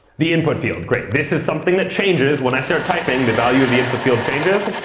the input field. great. this is something that changes. when i start typing, the value of the input field changes.